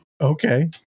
Okay